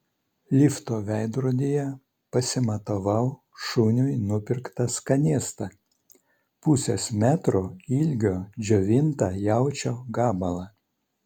lifto veidrodyje pasimatavau šuniui nupirktą skanėstą pusės metro ilgio džiovintą jaučio gabalą